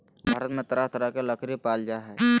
भारत में तरह तरह के लकरी पाल जा हइ